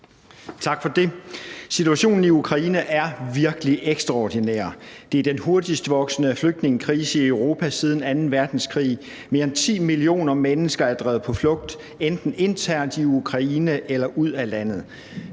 Tak for det. Situationen i Ukraine er virkelig ekstraordinær. Det er den hurtigst voksende flygtningekrise i Europa siden anden verdenskrig. Mere end 10 millioner mennesker er drevet på flugt enten internt i Ukraine eller ud af landet.